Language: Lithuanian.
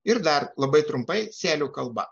ir dar labai trumpai sėlių kalba